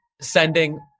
sending